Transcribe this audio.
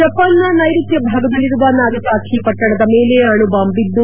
ಜಪಾನ್ನ ನೈರುತ್ಯ ಭಾಗದಲ್ಲಿರುವ ನಾಗಸಾಖಿ ಪಟ್ವಣದ ಮೇಲೆ ಅಣುಬಾಂಬ್ ಬಿದ್ದು